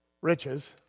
riches